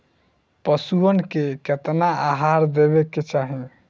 पशुअन के केतना आहार देवे के चाही?